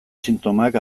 sintomak